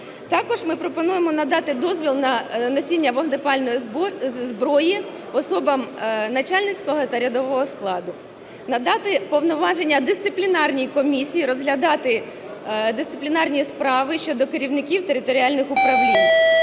Також ми пропонуємо надати дозвіл на носіння вогнепальної зброї особам начальницького та рядового складу. Надати повноваження дисциплінарній комісії розглядати дисциплінарні справи щодо керівників територіальних управлінь.